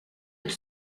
elle